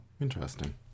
Interesting